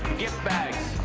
gift bags.